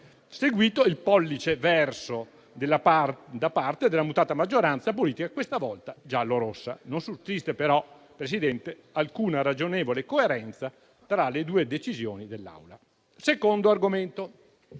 seguito il pollice verso da parte della mutata maggioranza politica, questa volta giallo-rossa. Non sussiste però, Presidente, alcuna ragionevole coerenza tra le due decisioni dell'Aula. Secondo argomento: